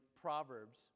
Proverbs